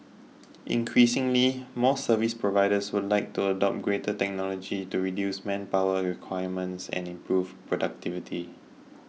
increasingly more service providers would like to adopt greater technology to reduce manpower requirement and improve productivity